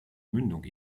mündung